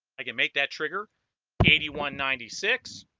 i can make that trigger eighty one ninety six